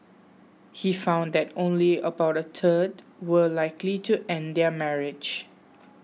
he found that only about a third were likely to end their marriage